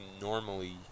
normally